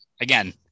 again